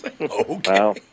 Okay